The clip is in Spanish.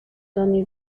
tony